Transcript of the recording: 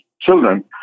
children